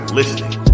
listening